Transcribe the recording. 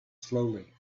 slowly